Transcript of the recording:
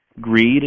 greed